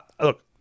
Look